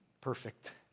perfect